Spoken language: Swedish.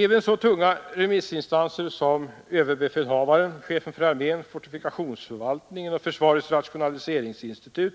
Även så tunga remissinstanser som överbefälhavaren, chefen för armén, fortifikationsförvaltningen och försvarets rationaliseringsinstitut